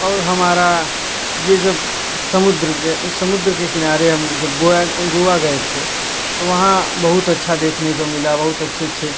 और हमारा यह जब समुद्र समुद्र के किनारे हम जब गोया गोया गए थे तो वहाँ बहुत अच्छा देखने को मिला बहुत अच्छे अच्छे